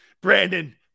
Brandon